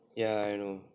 ya I know